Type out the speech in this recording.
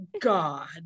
God